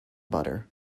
butter